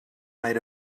made